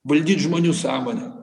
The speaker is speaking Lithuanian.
valdyt žmonių sąmonę